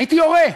הייתי יורה.